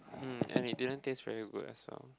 mm and it didn't taste very good as well